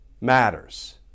matters